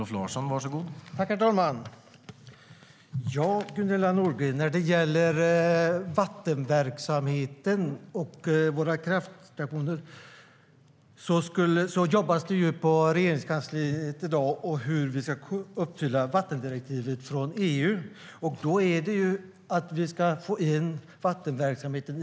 Herr talman! När det gäller vattenverksamheten och våra kraftstationer jobbas det inom Regeringskansliet för att vi ska kunna uppfylla vattendirektivet från EU. Det innebär att det ska ske en miljöprövning av vattenverksamheten.